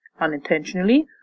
unintentionally